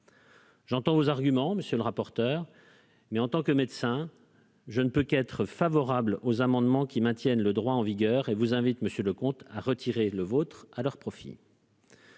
J'entends vos arguments, monsieur le rapporteur, mais en tant que médecin, je ne peux qu'être favorable aux amendements qui maintiennent le droit en vigueur et vous invite monsieur le comte à retirer le vôtre à leur profit.